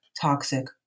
toxic